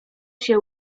się